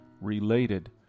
related